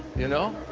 you know?